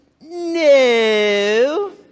No